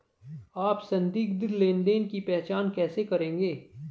आप संदिग्ध लेनदेन की पहचान कैसे करेंगे?